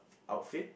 outfit